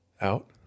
out